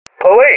Police